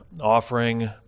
offering